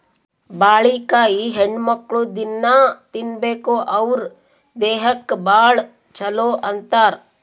ಬಾಳಿಕಾಯಿ ಹೆಣ್ಣುಮಕ್ಕ್ಳು ದಿನ್ನಾ ತಿನ್ಬೇಕ್ ಅವ್ರ್ ದೇಹಕ್ಕ್ ಭಾಳ್ ಛಲೋ ಅಂತಾರ್